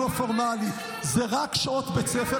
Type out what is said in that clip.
5% מהילדים, כמה אחוז מהתקציב הם מקבלים?